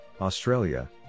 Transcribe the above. Australia